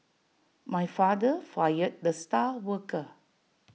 my father fired the star worker